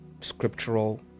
scriptural